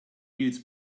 deals